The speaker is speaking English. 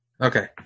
Okay